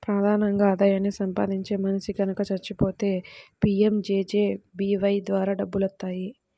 ప్రధానంగా ఆదాయాన్ని సంపాదించే మనిషి గనక చచ్చిపోతే పీయంజేజేబీవై ద్వారా డబ్బులొత్తాయి